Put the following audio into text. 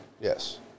Yes